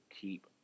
keep